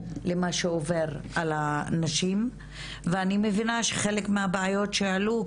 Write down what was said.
למה שעובר על הנשים ואני מבינה שחלק מהבעיות שהעלו,